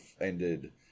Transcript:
ended